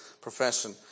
profession